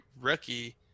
rookie